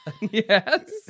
Yes